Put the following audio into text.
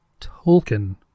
Tolkien